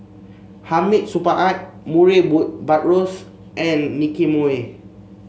Hamid Supaat Murray Buttrose and Nicky Moey